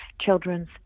Children's